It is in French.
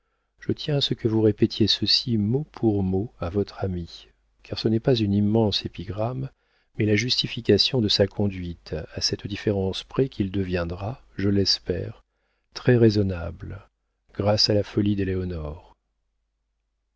je tiens à ce que vous répétiez ceci mot pour mot à votre ami car ce n'est pas une immense épigramme mais la justification de sa conduite à cette différence près qu'il deviendra je l'espère très raisonnable grâce à la folie d'éléonore la